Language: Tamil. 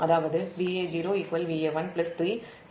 அதாவது Va0 Va1 3 Zf Ia0